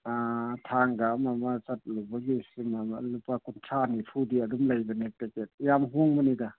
ꯊꯥꯡꯒ ꯑꯃ ꯑꯃ ꯆꯠꯂꯨꯕꯒꯤ ꯁꯤꯖꯤꯟꯅꯕ ꯂꯨꯄꯥ ꯀꯨꯟꯊ꯭ꯔꯥ ꯅꯤꯐꯨꯗꯤ ꯑꯗꯨꯝ ꯂꯩꯕꯅꯦ ꯇꯤꯛꯀꯦꯠ ꯌꯥꯝ ꯍꯣꯡꯕꯅꯤꯗ